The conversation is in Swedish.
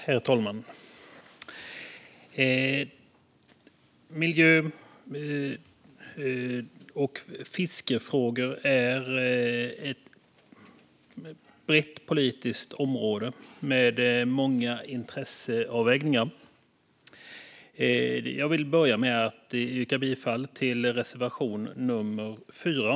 Herr talman! Miljö och fiskefrågor är ett brett politiskt område med många intresseavvägningar. Jag vill börja med att yrka bifall till reservation nummer 4.